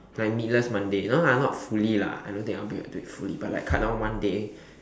like meatless Monday no lah not fully lah I don't think I will be able to do it fully but like cut down one day